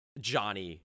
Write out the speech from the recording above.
Johnny